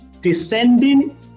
descending